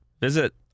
Visit